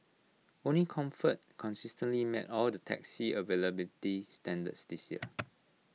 only comfort consistently met all the taxi availability standards this year